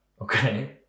Okay